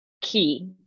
key